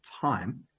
time